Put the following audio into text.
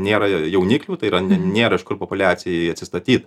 nėra jauniklių tai yra nėra iš kur populiacijai atsistatyt